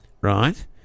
Right